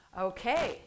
Okay